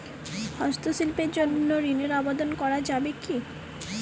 হস্তশিল্পের জন্য ঋনের আবেদন করা যাবে কি?